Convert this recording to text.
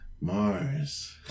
Mars